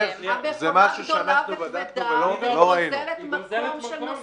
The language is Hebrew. המכונה גדולה וכבדה שגוזלת מקום של נוסעים.